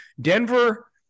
Denver